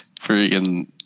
freaking